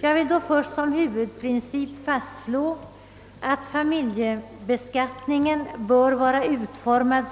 Jag vill först som en huvudprincip fastslå att familjebeskattningen bör vara så utformad